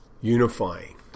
unifying